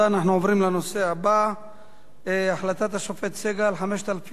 נעבור להצעה לסדר-היום מס' 8770,